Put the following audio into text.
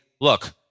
look